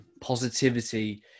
Positivity